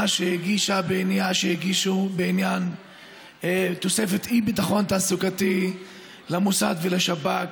הגישה בעניין תוספת אי-ביטחון תעסוקתי למוסד ולשב"כ.